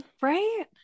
right